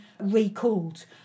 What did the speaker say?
recalled